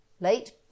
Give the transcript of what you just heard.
Late